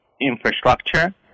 infrastructure